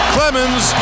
Clemens